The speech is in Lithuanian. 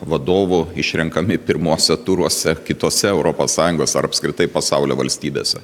vadovų išrenkami pirmuose turuose kitose europos sąjungos ar apskritai pasaulio valstybėse